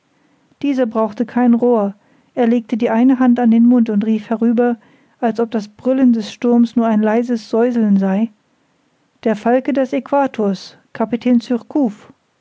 dieser brauchte kein rohr er legte die eine hand an den mund und rief herüber als ob das brüllen des sturmes nur ein leises säuseln sei der falke des aequators kapitän